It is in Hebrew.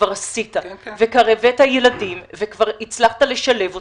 וכבר עשית, וכבר הבאת ילדים וכבר הצלחת לשלב אותם,